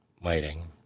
waiting